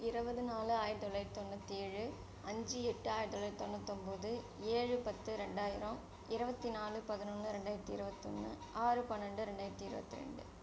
இருபது நாலு ஆயிரத்தி தொள்ளாயிரத்தி தொண்ணூற்றேழு அஞ்சு எட்டு ஆயிரத்தி தொள்ளாயிரத்தி தொண்ணூற்றொம்போது ஏழு பத்து ரெண்டாயிரம் இருபத்தி நாலு பதினொன்று ரெண்டாயிரத்தி இருவத்தொன்று ஆறு பன்னெரெண்டு ரெண்டாயிரத்தி இருபத்தி ரெண்டு